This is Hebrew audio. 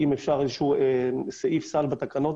אם אפשר סעיף סל בתקנות